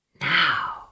Now